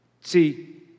See